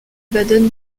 baden